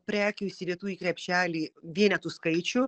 prekių įsidėtų į krepšelį vienetų skaičių